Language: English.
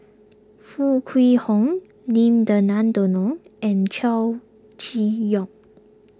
Foo Kwee Horng Lim Denan Denon and Chow Chee Yong